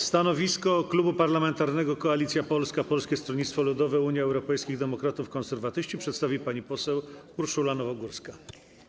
Stanowisko Klubu Parlamentarnego Koalicja Polska - Polskie Stronnictwo Ludowe, Unia Europejskich Demokratów, Konserwatyści przedstawi pani poseł Urszula Nowogórska.